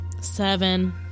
Seven